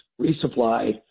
resupply